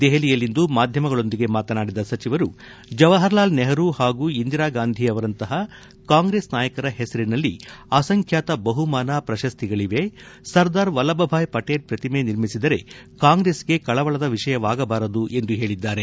ದೆಹಲಿಯಲ್ಲಿಂದು ಮಾಧ್ಯಮಗಳೊಂದಿಗೆ ಮಾತನಾಡಿದ ಸಚಿವರು ಜವಹರ್ ಲಾಲ್ ನೆಹರು ಹಾಗೂ ಇಂದಿರಾಗಾಂಧಿ ಅವರಂತಹ ಕಾಂಗ್ರೆಸ್ ನಾಯಕರ ಹೆಸರಿನಲ್ಲಿ ಅಸಂಖ್ಯಾತ ಬಹುಮಾನ ಪ್ರಶಸ್ತಿಗಳವೆ ಸರ್ದಾರ್ ವಲ್ಲಭಾ ಭಾಯ್ ಪಟೇಲ್ ಪ್ರತಿಮೆ ನಿರ್ಮಿಸಿದರೆ ಕಾಂಗ್ರೆಸ್ಗೆ ಕಳವಳದ ವಿಷಯವಾಗಬಾರದು ಎಂದು ಅವರು ಹೇಳಿದ್ದಾರೆ